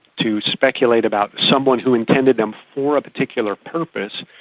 to speculate about someone who intended them for a particular purpose,